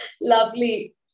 Lovely